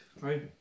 Right